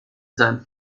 sein